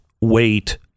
wait